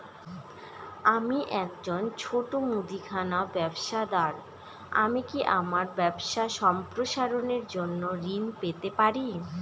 আমি একজন ছোট মুদিখানা ব্যবসাদার আমি কি আমার ব্যবসা সম্প্রসারণের জন্য ঋণ পেতে পারি?